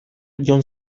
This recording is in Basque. jon